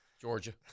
Georgia